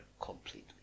completely